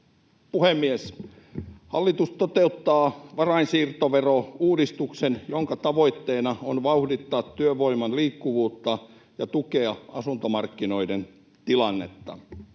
puhemies! Hallitus toteuttaa varainsiirtoverouudistuksen, jonka tavoitteena on vauhdittaa työvoiman liikkuvuutta ja tukea asuntomarkkinoiden tilannetta.